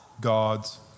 God's